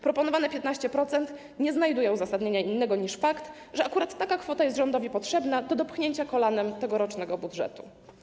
Proponowane 15% nie znajduje uzasadnienia innego niż fakt, że akurat taka kwota jest rządowi potrzebna do dopchnięcia kolanem tegorocznego budżetu.